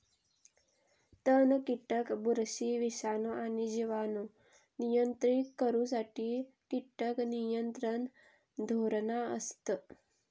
तण, कीटक, बुरशी, विषाणू आणि जिवाणू नियंत्रित करुसाठी कीटक नियंत्रण धोरणा असत